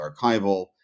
archival